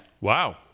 Wow